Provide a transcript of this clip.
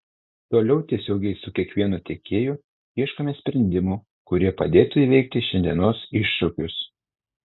toliau tiesiogiai su kiekvienu tiekėju ieškome sprendimų kurie padėtų įveikti šiandienos iššūkius